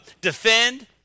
defend